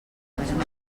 regarem